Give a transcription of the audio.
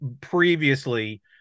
previously